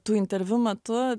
tų interviu metu